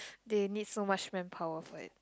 they need so much manpower for it